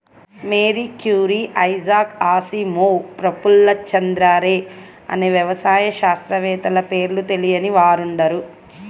Mary Curie, Isaac Asimov, Prafulla Chandra Ray అనే వ్యవసాయ శాస్త్రవేత్తల పేర్లు తెలియని వారుండరు